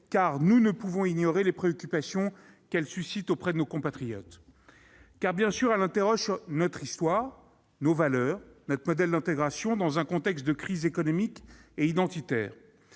car nous ne pouvons ignorer les préoccupations qu'elle suscite chez nos compatriotes. Bien sûr, elle interroge notre histoire, nos valeurs et notre modèle d'intégration, dans un contexte de crise économique et identitaire.